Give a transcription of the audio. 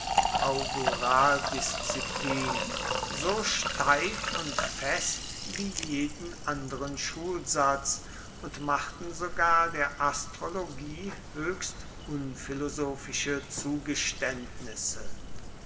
auguraldisziplin so steif und fest wie jeden anderen schulsatz und machten sogar der astrologie höchst unphilosophische zugeständnisse